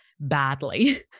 badly